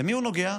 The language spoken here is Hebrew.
למי הוא נוגע?